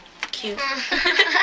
Cute